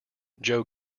joe